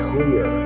clear